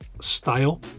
style